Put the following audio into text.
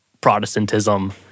Protestantism